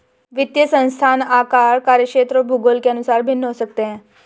वित्तीय संस्थान आकार, कार्यक्षेत्र और भूगोल के अनुसार भिन्न हो सकते हैं